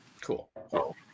Cool